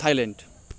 Thailand